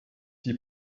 die